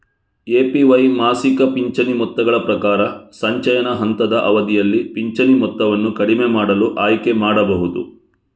APY ಮಾಸಿಕ ಪಿಂಚಣಿ ಮೊತ್ತಗಳ ಪ್ರಕಾರ, ಸಂಚಯನ ಹಂತದ ಅವಧಿಯಲ್ಲಿ ಪಿಂಚಣಿ ಮೊತ್ತವನ್ನು ಕಡಿಮೆ ಮಾಡಲು ಆಯ್ಕೆ ಮಾಡಬಹುದು